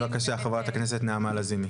בבקשה, חברת הכנסת נעמה לזימי.